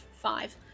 five